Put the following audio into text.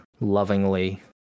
lovingly